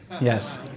yes